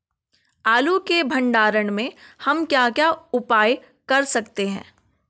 आलू के भंडारण में हम क्या क्या उपाय कर सकते हैं?